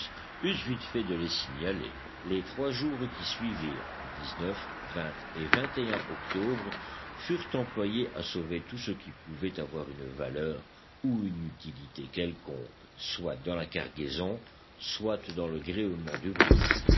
eussent vite fait de les signaler les trois jours qui suivirent et octobre furent employés à sauver tout ce qui pouvait avoir une valeur ou une utilité quelconque soit dans la cargaison soit dans le gréement du brick